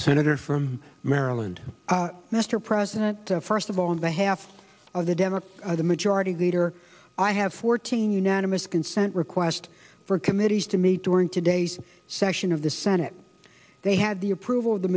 senator from maryland mr president the first of all on behalf of the democrats the majority leader i have fourteen unanimous consent request for committees to meet during today's session of the senate they had the approval of the